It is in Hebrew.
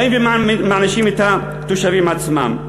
באים ומענישים את התושבים עצמם.